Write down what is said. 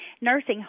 nursing